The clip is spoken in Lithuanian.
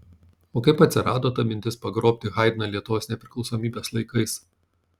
o kaip atsirado ta mintis pagroti haidną lietuvos nepriklausomybės laikais